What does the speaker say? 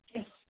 Yes